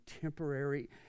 temporary